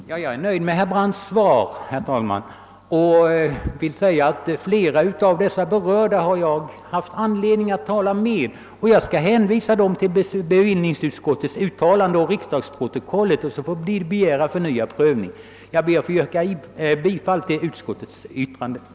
Herr talman! Jag är nöjd med herr Brandts svar. Jag har haft anledning att tala med flera av de berörda personerna. Jag skall hänvisa dem till bevillningsutskottets uttalande och riksdagsprotokollet. Sedan får de begära förnyad prövning. Jag ber att få yrka bifall till utskottsmajoritetens hemställan.